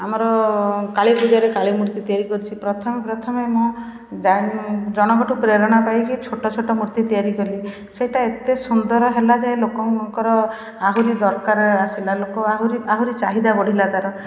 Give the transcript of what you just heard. ଆମର କାଳୀ ପୂଜାରେ କାଳୀ ମୂର୍ତ୍ତି ତିଆରି କରୁଛି ପ୍ରଥମେ ପ୍ରଥମେ ମୁଁ ଜଣଙ୍କଠୁ ପ୍ରେରଣା ପାଇକି ଛୋଟ ଛୋଟ ମୂର୍ତ୍ତି ତିଆରି କଲି ସେଇଟା ଏତେ ସୁନ୍ଦର ହେଲା ଯେ ଲୋକଙ୍କର ଆହୁରି ଦରକାର ଆସିଲା ଲୋକ ଆହୁରି ଆହୁରି ଚାହିଦା ବଢ଼ିଲା ତା'ର